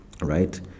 Right